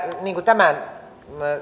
tämän